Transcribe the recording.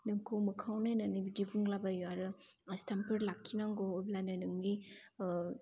नोंखौ मोखाङाव नायनानै बिदि बुंला बायो आरो आस्थामफोर लाखिनांगौ अब्लानो नोंनि